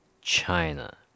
China